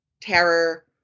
terror